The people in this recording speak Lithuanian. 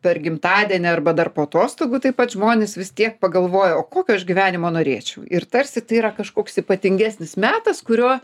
per gimtadienį arba dar po atostogų taip pat žmonės vis tiek pagalvoja o kokio aš gyvenimo norėčiau ir tarsi tai yra kažkoks ypatingesnis metas kurio